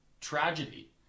tragedy